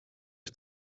ich